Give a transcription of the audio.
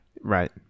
Right